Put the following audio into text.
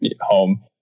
home